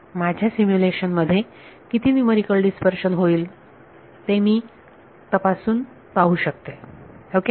माझ्या सिम्युलेशन मध्ये किती न्यूमरिकल डीस्पर्शन होईल हे मी तपासून पाहू शकते ओके